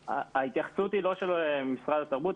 ההתייחסות היא לא של משרד התרבות.